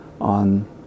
on